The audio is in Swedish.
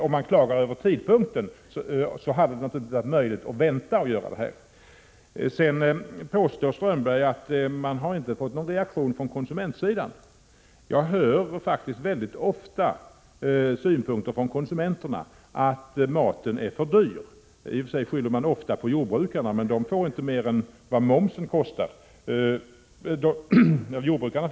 Om man klagar över tidpunkten hade det naturligtvis varit möjligt att vänta med det här. Håkan Strömberg påstår att man inte har fått någon reaktion från konsumentsidan. Jag hör ofta från konsumenterna att maten är för dyr. I och för sig skyller man då ofta på jordbrukarna, men de får inte mer än vad momsen kostar totalt sett.